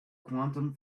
quantum